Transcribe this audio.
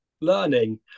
learning